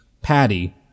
patty